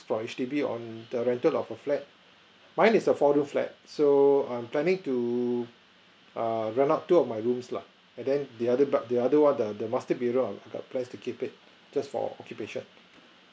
for H_D_B on the rental of a flat mine is a four room flat so I'm planning to err rent out two of my rooms lah and then the other bed the one the the master bedroom I I got plan to keep it just for occupation